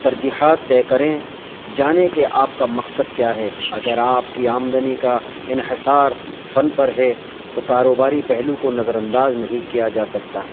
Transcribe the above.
ترجیحات طے کریں جانے کے آپ کا مقصد کیا ہے اگر آپ کی آمدنی کا انحصار فن پر ہے تو کاروباری پہلو کو نظرانداز نہیں کیا جا سکتا